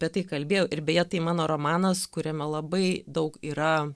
apie tai kalbėjau ir beje tai mano romanas kuriame labai daug yra